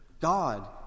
God